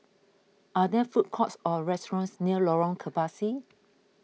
are there food courts or restaurants near Lorong Kebasi